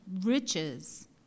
riches